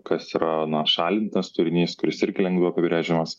kas yra na šalintinas turinys kuris irgi lengviau apibrėžiamas